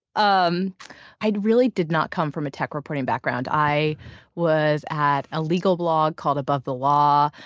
um i really did not come from a tech-reporting background. i was at a legal blog called above the law.